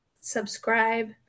subscribe